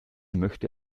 möchte